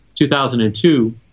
2002